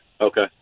Okay